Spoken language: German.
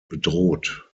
bedroht